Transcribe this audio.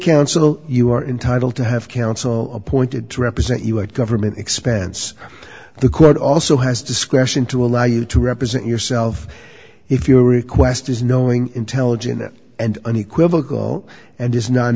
counsel you are entitled to have counsel appointed to represent you are government expense the court also has discretion to allow you to represent yourself if your request is knowing intelligent and unequivocal and is not